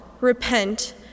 Repent